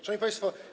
Szanowni Państwo!